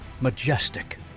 majestic